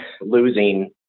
losing